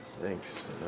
Thanks